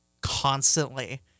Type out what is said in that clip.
constantly